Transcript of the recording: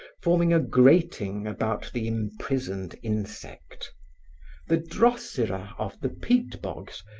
forming a grating about the imprisoned insect the drosera of the peat-bogs,